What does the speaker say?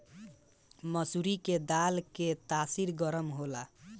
मसूरी के दाल के तासीर गरम होला